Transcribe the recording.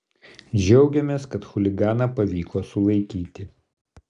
džiaugiamės kad chuliganą pavyko sulaikyti